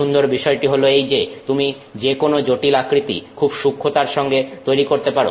সুন্দর বিষয়টি হলো এই যে তুমি যেকোনো জটিল আকৃতি খুব সূক্ষ্মতার সঙ্গে তৈরি করতে পারো